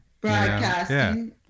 Broadcasting